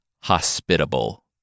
hospitable